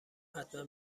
حتما